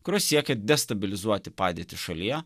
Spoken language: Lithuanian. kurios siekia destabilizuoti padėtį šalyje